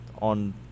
on